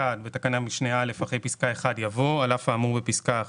בתקנת משנה (א) אחרי פסקה (1) יבוא: "(1א)על אף האמור בפסקה (1)